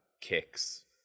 kicks